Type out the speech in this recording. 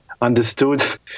understood